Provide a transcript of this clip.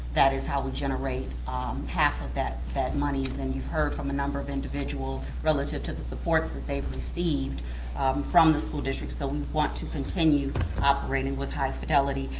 that is how we generate um half of that that monies. and you heard from a number of individuals relative to the supports that they've received from the school district, so we want to continue operating with high fidelity.